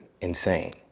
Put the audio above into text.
insane